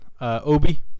Obi